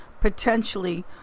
potentially